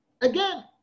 Again